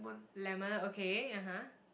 lemon okay (aha)